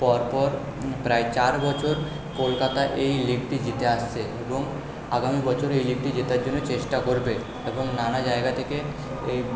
পর পর প্রায় চার বছর কলকাতা এই লিগটি জিতে আসছে এবং আগামী বছরে এই লিগটি জেতার জন্য চেষ্টা করবে এবং নানা জায়গা থেকে এই